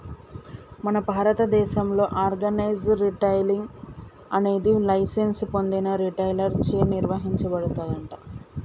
మన భారతదేసంలో organise retailing అనేది లైసెన్స్ పొందిన రిటైలర్ చే నిర్వచించబడుతుందంట